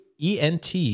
ENT